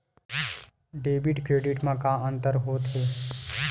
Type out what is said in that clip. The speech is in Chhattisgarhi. डेबिट क्रेडिट मा का अंतर होत हे?